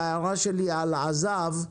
וההערה שלי על עז"ב,